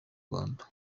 rwanda